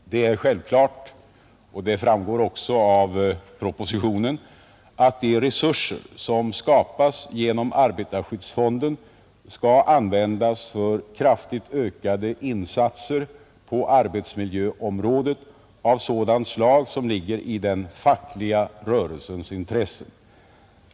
Det är självklart — och det framgår också av propositionen — att de resurser som skapas genom arbetarskyddsfonden skall användas för kraftigt ökade insatser på arbetsmiljöområdet av sådant slag som ligger i den fackliga rörelsens intresse.